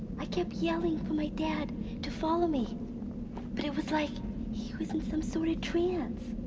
i kept yelling for my dad to follow me but it was like he was in some sort of trance.